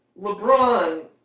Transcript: LeBron